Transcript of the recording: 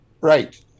Right